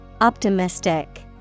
Optimistic